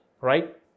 right